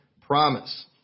promise